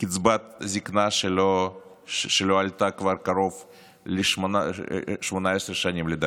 קצבת זקנה, שלא עלתה כבר קרוב ל-18 שנים, לדעתי.